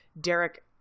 Derek